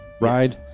ride